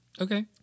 okay